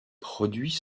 produits